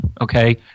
okay